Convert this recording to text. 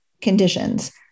conditions